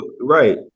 right